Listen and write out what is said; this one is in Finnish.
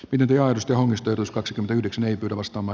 ylityöusta omistutus kaksikymmentäyhdeksän ei pidä vastaava